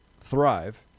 thrive